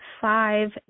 five